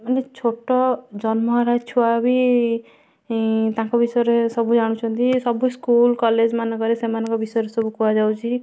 ମାନେ ଛୋଟ ଜନ୍ମ ହେଲା ଛୁଆ ବି ତାଙ୍କ ବିଷୟରେ ସବୁ ଜାଣୁଛନ୍ତି ସବୁ ସ୍କୁଲ କଲେଜ ମାନଙ୍କରେ ସେମାନଙ୍କ ବିଷୟରେ ସବୁ କୁହାଯାଉଛି